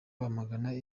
bamagana